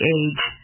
age